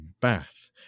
bath